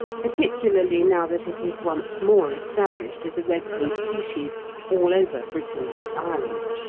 particularly now that it is once more established as a resident species all over britain and ireland.